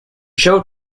showed